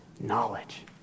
knowledge